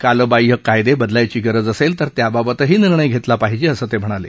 कालबाह्य कायदे बदलायची गरज असेल तर त्याबाबतही निर्णय घेतला पाहिजे असं ते म्हणाले